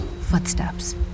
footsteps